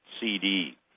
CD